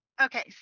okay